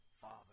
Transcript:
Father